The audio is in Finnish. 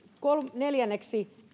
neljänneksi